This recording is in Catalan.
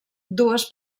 dues